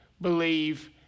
believe